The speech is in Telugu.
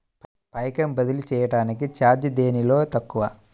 పైకం బదిలీ చెయ్యటానికి చార్జీ దేనిలో తక్కువ?